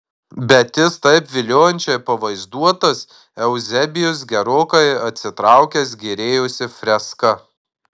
bet jis taip viliojančiai pavaizduotas euzebijus gerokai atsitraukęs gėrėjosi freska